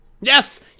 Yes